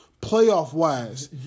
Playoff-wise